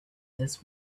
this